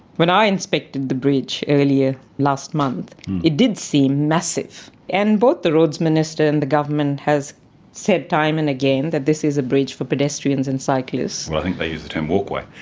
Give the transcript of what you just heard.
when i inspected the bridge earlier last month it did seem massive. and both the roads minister and the government has said time and again this is a bridge for pedestrians and cyclists. i think they use the term walkway.